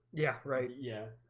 yeah, right, yeah,